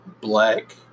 black